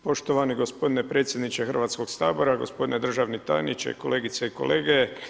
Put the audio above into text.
Poštovani gospodine predsjedniče Hrvatskog sabora, gospodine državni tajniče, kolegice i kolege.